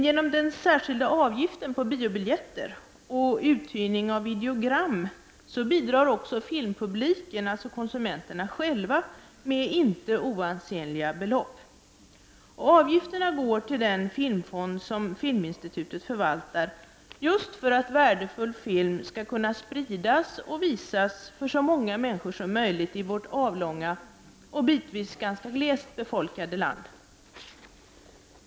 Genom den särskilda avgiften på biobiljetter och uthyrningen av videogram bidrar också filmpubliken, dvs. konsumenterna själva, med inte oansenliga belopp. Avgifterna går till den filmfond som Filminstitutet förvaltar för att värdefull film skall kunna spridas och visas för så många människor som möjligt i vårt avlånga och bitvis ganska glest befolkade land.